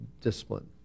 discipline